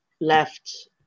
left